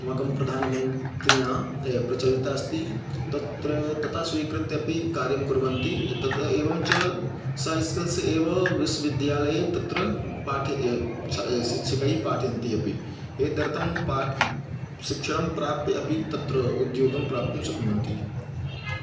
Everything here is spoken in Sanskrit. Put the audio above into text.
छात्राः स्केल् यत् अस्माकं प्रधानमन्त्रिणा प्रचलिता अस्ति तत्र तथा स्वीकृत्य अपि कार्यं कुर्वन्ति एतत् एवं च सैस्कल्स् एव विश्वविद्यालये तत्र पाठ्य छ शिक्षकैः पाठयन्ति अपि एतदर्थं पाट् शिक्षणं प्राप्य अपि तत्र उद्योगं प्राप्तुं शक्नुवन्ति